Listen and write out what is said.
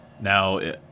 Now